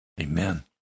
Amen